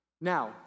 Now